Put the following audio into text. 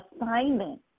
assignment